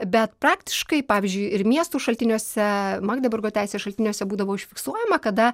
bet praktiškai pavyzdžiui ir miestų šaltiniuose magdeburgo teisės šaltiniuose būdavo užfiksuojama kada